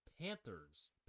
Panthers